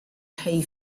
hay